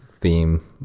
theme